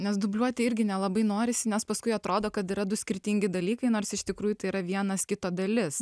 nes dubliuoti irgi nelabai norisi nes paskui atrodo kad yra du skirtingi dalykai nors iš tikrųjų tai yra vienas kito dalis